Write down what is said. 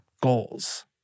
goals